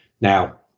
Now